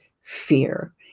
fear